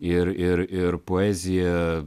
ir ir ir poezija